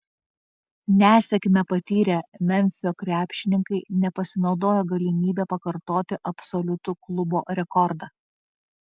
nesėkmę patyrę memfio krepšininkai nepasinaudojo galimybe pakartoti absoliutų klubo rekordą